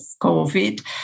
COVID